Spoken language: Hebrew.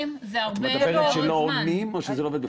את מדברת שלא עונים או שזה לא עובד בכלל?